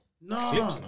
No